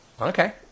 Okay